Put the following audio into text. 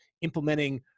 implementing-